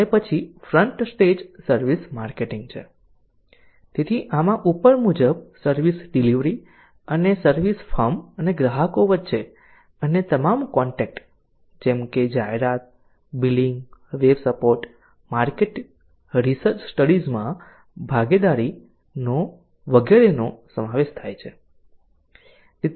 અને પછી front stage service marketing છે તેથી આમાં ઉપર મુજબ સર્વિસ ડિલિવરી અને સર્વિસ ફર્મ અને ગ્રાહકો વચ્ચે અન્ય તમામ કોન્ટેક્ટ જેમ કે જાહેરાત billing web support market research સ્ટડીઝમાં ભાગીદારી વગેરેનો સમાવેશ થાય છે